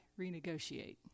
renegotiate